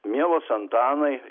mielas antanai